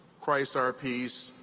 christ, our peace,